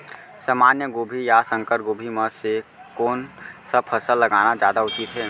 सामान्य गोभी या संकर गोभी म से कोन स फसल लगाना जादा उचित हे?